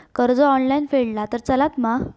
कर्ज ऑनलाइन फेडला तरी चलता मा?